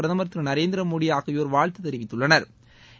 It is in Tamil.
பிரதமா் திரு நரேந்திரமோடி ஆகியோா் வாழ்த்து தெரிவித்துள்ளனா்